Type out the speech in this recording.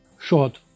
Short